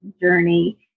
journey